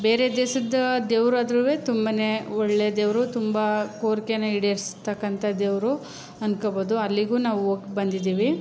ಬೇರೆ ದೇಶದ ದೇವ್ರು ಆದ್ರೂ ತುಂಬನೇ ಒಳ್ಳೆಯ ದೇವರು ತುಂಬ ಕೋರಿಕೆನ ಈಡೇರಿಸ್ತಕ್ಕಂಥ ದೇವರು ಅದ್ಕೊಳ್ಬೋದು ಅಲ್ಲಿಗೂ ನಾವು ಹೋಗಿ ಬಂದಿದ್ದೀವಿ